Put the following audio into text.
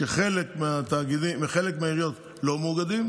חלק מהעיריות לא מאוגדות,